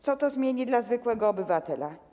Co to zmieni dla zwykłego obywatela?